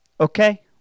Okay